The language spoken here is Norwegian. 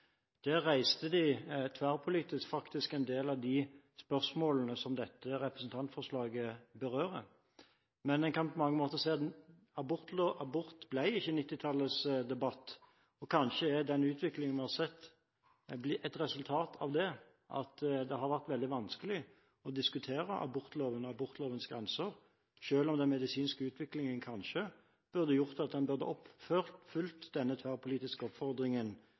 Der reiste de tverrpolitisk en del av de spørsmålene som dette representantforslaget berører. Men man kan på mange måter si at abort ikke ble 1990-tallets debatt. Kanskje er den utviklingen vi har sett, et resultat av det, at det har vært veldig vanskelig å diskutere abortloven og abortlovens grenser selv om den medisinske utviklingen kanskje burde ha ført til at man hadde fulgt opp den tverrpolitiske oppfordringen